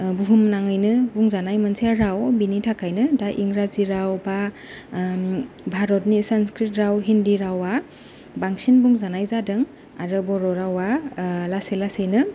बुहुम नाङैनो बुंजानाय मोनसे राव बिनि थाखायनो दा इंराजि राव बा भारतनि संस्क्रृट राव हिन्दि रावा बांसिन बुंजानाय जादों आरो बर' रावा लासै लासैनो